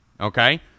Okay